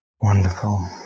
Wonderful